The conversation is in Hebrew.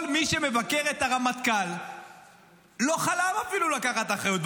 כל מי שמבקר את הרמטכ"ל לא חלם אפילו לקחת אחריות.